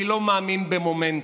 אני לא מאמין במומנטום,